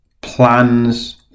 plans